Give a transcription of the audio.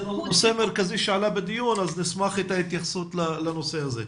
זה נושא מרכזי שעלה בדיון ונשמח להתייחסות שלו.